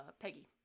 Peggy